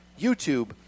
YouTube